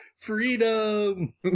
Freedom